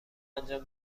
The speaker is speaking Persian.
انجام